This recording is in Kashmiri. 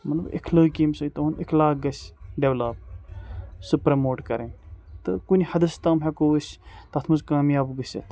مطلَب اِخلٲقی ییٚمہِ سۭتۍ تُہُنٛد اِخلاق گژھِ ڈٮ۪ولَپ سُہ پرٛموٹ کَرٕنۍ تہٕ کُنہِ حدَس تام ہٮ۪کو ٲسۍ تَتھ منٛز کامیاب گٔژِتھ